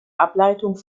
ableitung